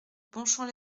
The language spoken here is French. bonchamp